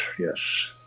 yes